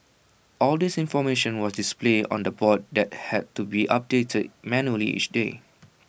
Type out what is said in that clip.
all this information was displayed on A board that had to be updated manually each day